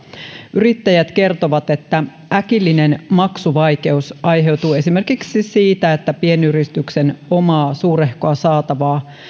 yrittäjät kertovat että äkillinen maksuvaikeus aiheutuu esimerkiksi siitä että pienyrityksen omaa suurehkoa saatavaa